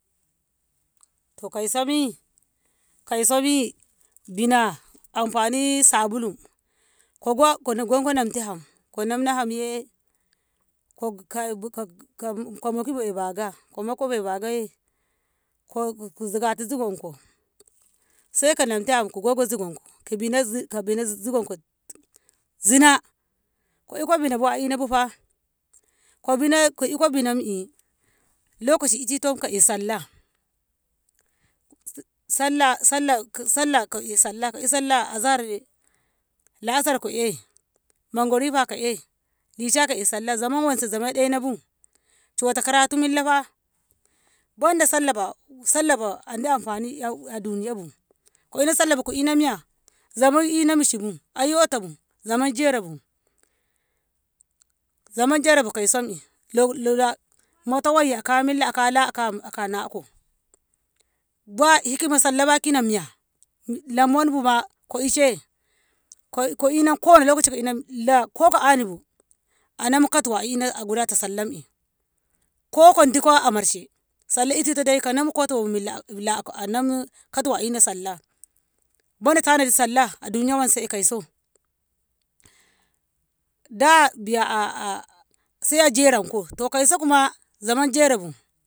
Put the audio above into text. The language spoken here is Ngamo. To kaiso mi kaiso mi bina amfani sabulu kogo ko namtu Ham ko namno ham Yee ko- ko- komoki be gaba ko moiko bei gabaye ko zigata zugonko saiko namtu ham ko goge zugonko kobi z- z- Zina ko iko binabu a ina bufa ko bine ko iko binam'i lokaci itito ka'i koe' sallah- sallah- sallah sallah ko'e sallaah ko'e sallah azahar la'asar ko'e manriba ko'e isha ko'e sallah zaman wanse zaman 'dainobu cuta karatu Milla fa Banda sallah fa sallah ba Andi amfani a duniya bu ko Ina sallah bu ko Ina Miya zaman inaa mishi bu aiyota bu zaman jera bu zaman jera bu kaisom'i lo lo mato wayye aka Milla aka la aka na'ako ba hikima sallaah ba hikima Miya la mandu ba ko ishe ko ko ina ko wani lokaci la ko ko Ani bu anam katwa a gudata sallam'i ko kodingo a marahe sallah itito de konam katwa lako Aman katwa a Ina sallah goni ganadi sallah a duniya wanse yo kaiso daa biya Sai ya jeranko to kauso kuma zaman jerabu.